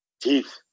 teeth